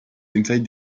inside